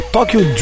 Tokyo